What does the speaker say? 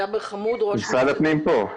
משרד הפנים פה.